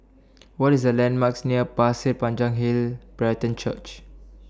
What IS The landmarks near Pasir Panjang Hill Brethren Church